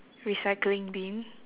recycling bin